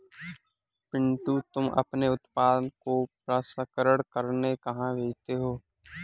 पिंटू तुम अपने उत्पादन को प्रसंस्करण करने कहां भेजते हो?